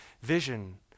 vision